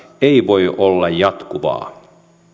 ei voi olla jatkuvaa